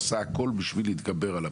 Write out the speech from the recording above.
עושה הכול בשביל להתגבר על הבעיה.